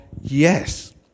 yes